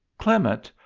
clement,